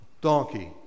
Donkey